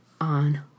on